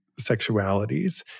sexualities